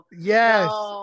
yes